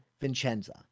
Vincenza